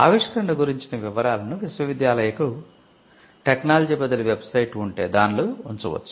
ఆవిష్కరణ గురించిన వివరాలను విశ్వవిద్యాలయాలకు టెక్నాలజీ బదిలీ వెబ్సైట్ ఉంటే దానిలో ఉంచవచ్చు